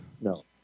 No